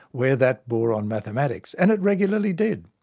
where that bore on mathematics. and it regularly did.